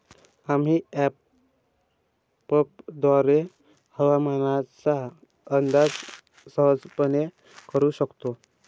आम्ही अँपपद्वारे हवामानाचा अंदाज सहजपणे करू शकतो